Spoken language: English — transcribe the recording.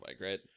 right